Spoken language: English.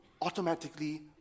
automatically